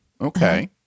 okay